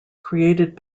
created